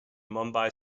mumbai